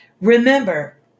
Remember